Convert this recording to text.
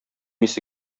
исе